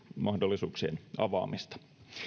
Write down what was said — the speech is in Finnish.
avaamista